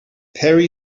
perry